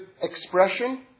expression